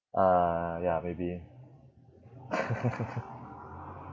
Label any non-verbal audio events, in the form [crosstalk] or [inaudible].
uh ya maybe [laughs]